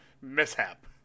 mishap